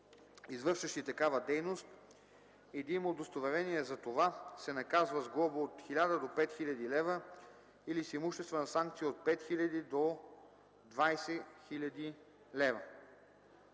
извършващи такава дейност, и да има удостоверение за това, се наказва с глоба от 1000 до 5000 лв. или с имуществена санкция от 5000 до 20 000 лв.“